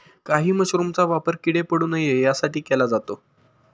काही मशरूमचा वापर किडे पडू नये यासाठी केला जातो